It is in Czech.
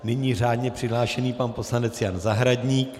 Nyní řádně přihlášený poslanec Jan Zahradník.